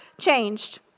changed